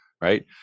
right